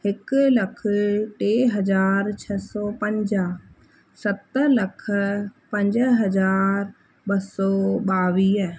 हिकु लख टे हज़ार छह सौ पंजाह सत लख पंज हज़ार ॿ सौ ॿावीह